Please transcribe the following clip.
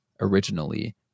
originally